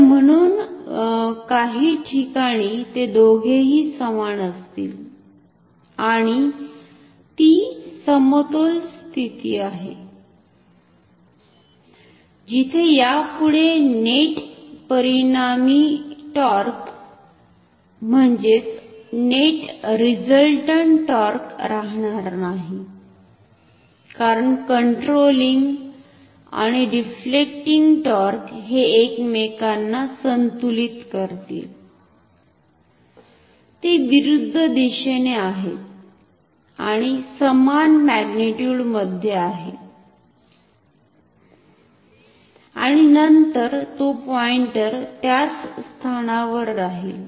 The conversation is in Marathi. तर म्हणून काही ठिकाणी ते दोघेही समान असतील आणि ती समतोल स्थिती असेल जिथे यापुढे नेट परिणामी टॉर्क राहणार नाही कारण कंट्रोलिंग आणि डिफ्लेक्टिंग टॉर्क हे एकमेकांना संतुलित करतील ते विरुद्ध दिशेने आहेत आणि समान मॅग्नीट्युड मध्ये आहेत आणि नंतर तो पॉईंटर त्याच स्थानावर राहील